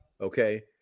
okay